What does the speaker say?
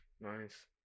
Nice